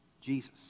Jesus